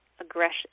Aggression